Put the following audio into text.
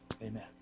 Amen